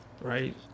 right